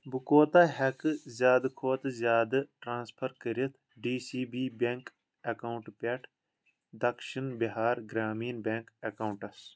بہٕ کوٗتاہ ہٮ۪کہٕ زِیٛادٕ کھۄتہٕ زِیٛادٕ ٹرانسفر کٔرِتھ ڈی سی بی بیٚنٛک اکاونٹہٕ پٮ۪ٹھ دکشِن بِہار گرٛامیٖن بیٚنٛک اکاونٹَس